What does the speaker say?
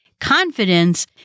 confidence